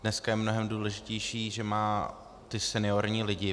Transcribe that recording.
Dneska je mnohem důležitější, že má ty seniorní lidi.